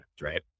right